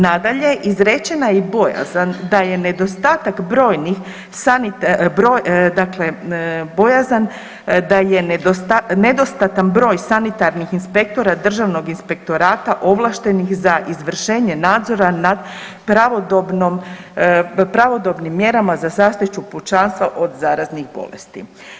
Nadalje, izrečena je i bojazan da je nedostatak brojnih, dakle bojazan da je nedostatan broj sanitarnih inspektora državnog inspektorata ovlaštenih za izvršenje nadzora nad pravodobnom, pravodobnim mjerama za zaštitu pučanstva od zaraznih bolesti.